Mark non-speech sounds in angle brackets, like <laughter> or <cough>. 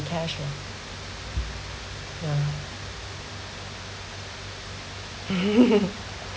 cash yeah ya <laughs>